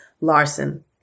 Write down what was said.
Larson